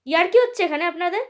ইয়ার্কি হচ্ছে এখানে আপনাদের